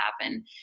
happen